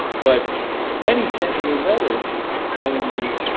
but then he sent me a letter telling me